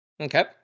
Okay